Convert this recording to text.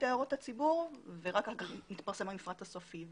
הערות הציבור ורק אחר כך מתפרסם המפרט הסופי,